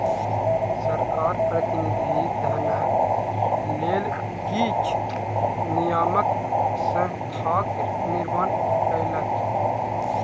सरकार प्रतिनिधि धनक लेल किछ नियामक संस्थाक निर्माण कयलक